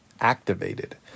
activated